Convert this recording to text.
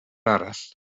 arall